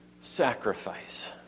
sacrifice